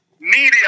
media